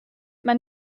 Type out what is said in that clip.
man